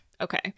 okay